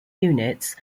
units